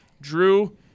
Drew –